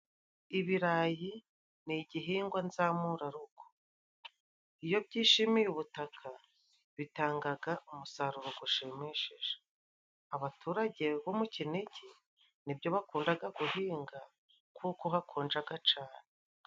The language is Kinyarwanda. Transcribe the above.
Ibirayi ni igihingwa nzamurarugo, iyo byishimiye ubutaka bitangaga umusaruro gushimishije, abaturage bo mu Kinigi nibyo bakundaga guhinga kuko hakonjaga cana.